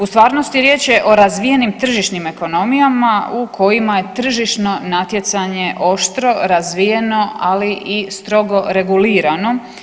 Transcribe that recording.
U stvarnosti riječ je o razvijenim tržišnim ekonomijama u kojima je tržišno natjecanje oštro razvijeno, ali i strogo regulirano.